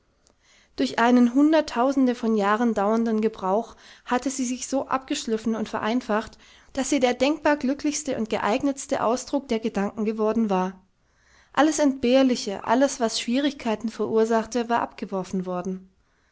durch einen hunderttausende von jahren dauernden gebrauch hatte sie sich so abgeschliffen und vereinfacht daß sie der denkbar glücklichste und geeignetste ausdruck der gedanken geworden war alles entbehrliche alles was schwierigkeiten verursachte war abgeworfen worden